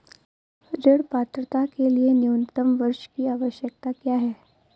ऋण पात्रता के लिए न्यूनतम वर्ष की आवश्यकता क्या है?